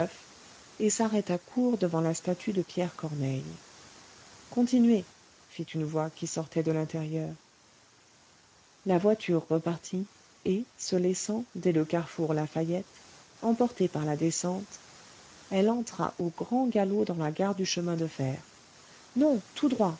et s'arrêta court devant la statue de pierre corneille continuez fit une voix qui sortait de l'intérieur la voiture repartit et se laissant dès le carrefour la fayette emporter par la descente elle entra au grand galop dans la gare du chemin de fer non tout droit